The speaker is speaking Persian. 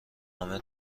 همه